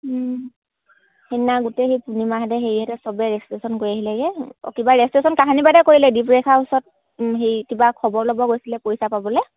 সেইদিনা গোটেই সেই পূৰ্ণিমাহঁতে হেৰিহঁতে চবে ৰেজিষ্ট্ৰেশ্যন কৰি আহিলেগৈ কিবা ৰেজিষ্ট্ৰেশ্যন কাহানী পাতে কৰিলে দীপৰেখা ওচৰত হেৰি কিবা খবৰ ল'ব গৈছিলে পইচা পাবলৈ